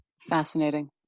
Fascinating